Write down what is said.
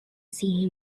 see